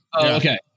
Okay